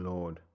Lord